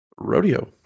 Rodeo